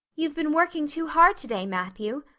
you've been working too hard today, matthew,